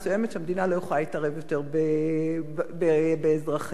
שהמדינה לא יכולה להתערב יותר אצל אזרחיה.